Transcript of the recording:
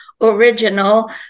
original